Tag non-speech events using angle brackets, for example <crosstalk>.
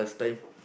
<breath>